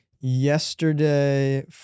yesterday